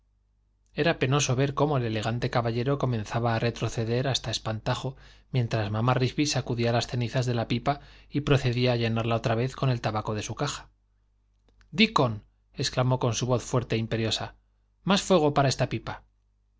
era penoso ver cómo el elegante caballero comenzaba a retroceder hasta espantajo mientras mamá rigby sacudía las cenizas de la pipa y procedía a llenarla otra vez con el tabaco de su caja dickon exclamó con su voz fuerte e imperiosa más fuego para esta pipa